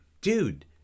Dude